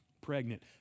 pregnant